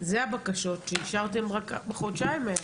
אלה הבקשות שאישרתם רק בחודשיים האלה,